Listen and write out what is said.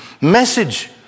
message